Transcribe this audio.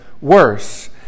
worse